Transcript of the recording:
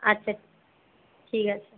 আচ্ছা ঠিক আছে